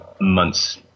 months